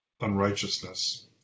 unrighteousness